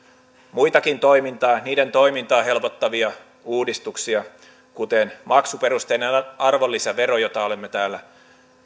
muitakin niiden toimintaa helpottavia uudistuksia kuten maksuperusteinen arvonlisävero jota olemme täällä